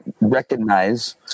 recognize